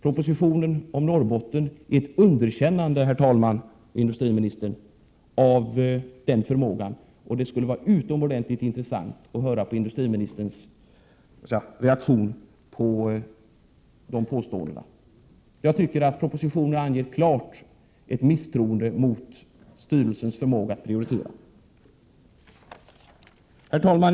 Propositionen om Norrbotten är ett underkännande, industriministern, av den förmågan, och det skulle vara utomordentligt intressant att höra industriministerns reaktion på dessa påståenden, herr talman. Propositionerna ger ett klart misstroende mot styrelsens förmåga att prioritera. Herr talman!